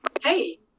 hey